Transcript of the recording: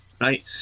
right